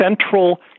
central